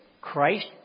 Christ